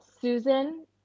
susan